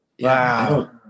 wow